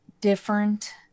different